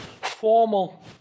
formal